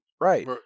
Right